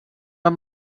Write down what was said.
amb